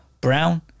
brown